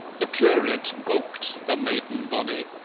the curate booked the maiden bonny